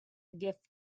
gift